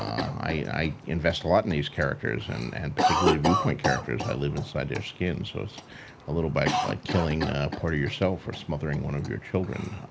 i invest a lot in these characters and and particularly viewpoint characters. i live inside their skin, so it's a little but like killing a part of yourself or smothering one of your children.